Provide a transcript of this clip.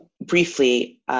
briefly